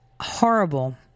horrible